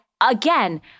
again